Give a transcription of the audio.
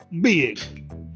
big